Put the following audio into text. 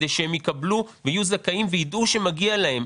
כדי שהם יקבלו ויהיו זכאים ויידעו שמגיע להם.